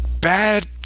bad